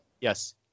yes